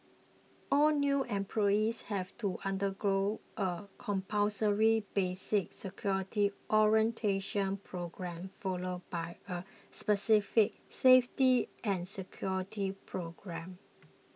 all new employees have to undergo a compulsory basic security orientation programme followed by a specific safety and security programme